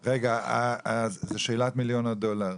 זו שאלת מיליון הדולר.